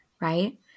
right